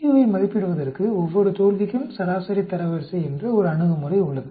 q ஐ மதிப்பிடுவதற்கு ஒவ்வொரு தோல்விக்கும் சராசரி தரவரிசை என்று ஒரு அணுகுமுறை உள்ளது